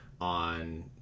on